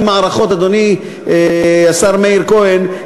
אדוני השר מאיר כהן,